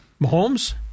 Mahomes